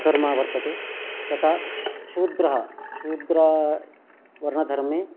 कर्म वर्तते तथा शूद्रः शूद्र वर्णधर्मे